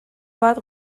bat